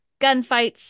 gunfights